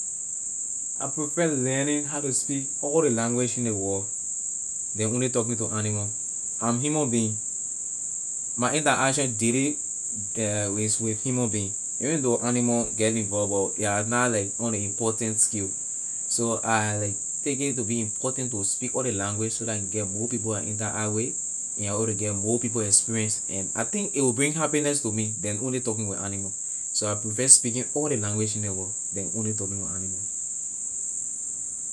I prefer learning how to speak all ley language in ley world then only talking to animal am human being my interaction daily is with human being even though animal get involve but ley are not like on ley important scale so I like take it to be important to speak all ley language so I can get more people I interact with and I able to get more people experience and I think a will bring happiness to me than only talking with animal so I prefer speaking all ley language in ley world than only talking with animal.